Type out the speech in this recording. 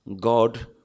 God